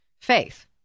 faith